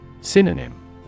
Synonym